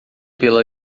pela